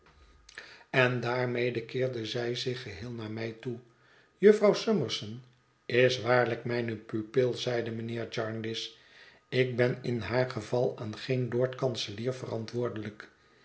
en daarmede het verlaten huis keerde zij zich geheel naar mij toe jufvrouw summerson is waarlijk mijne pupil zeide mijnheer jarndyce ik ben in haar geval aan geen lord-kanselier verantwoordelijk